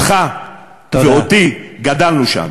אותך ואותי, גדלנו שם.